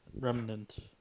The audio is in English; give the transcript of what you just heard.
Remnant